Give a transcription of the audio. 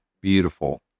beautiful